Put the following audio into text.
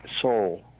soul